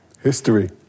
History